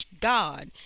God